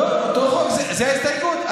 לא, אותו חוק, זאת ההסתייגות.